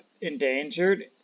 endangered